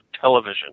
television